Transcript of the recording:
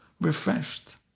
refreshed